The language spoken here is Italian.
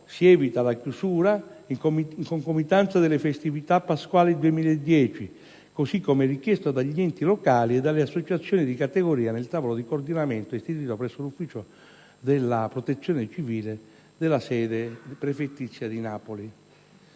si evita la chiusura in concomitanza delle festività pasquali 2010, così come richiesto dagli enti locali e dalle associazioni di categoria nel tavolo di coordinamento istituito presso l'ufficio della Protezione civile della sede prefettizia di Napoli.